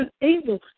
unable